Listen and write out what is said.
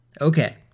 Okay